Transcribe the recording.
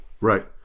right